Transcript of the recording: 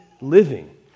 living